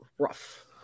Rough